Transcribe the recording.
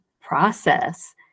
process